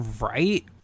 Right